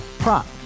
Prop